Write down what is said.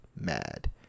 mad